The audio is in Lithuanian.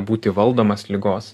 būti valdomas ligos